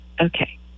Okay